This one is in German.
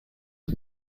die